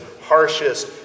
harshest